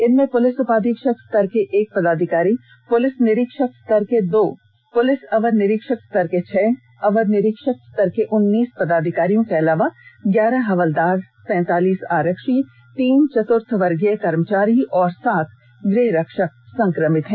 इनमें पुलिस उपाधीक्षक स्तर के एक पदाधिकारी पुलिस निरीक्षक स्तर के दो पदाधिकारी पुलिस अवर निरीक्षक स्तर के छह अवर निरीक्षक स्तर के उन्नीस पदाधिकारी के अलावा ग्यारह हवलदार सैतालीस आरक्षी तीन चतुवर्गीय कर्मचारी और सात गृह रक्षक संक्रमित है